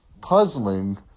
puzzling